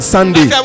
Sunday